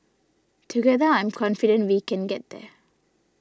together I'm confident we can get there